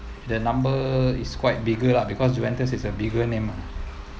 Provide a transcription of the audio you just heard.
the number is quite bigger lah because juventus is a bigger name ah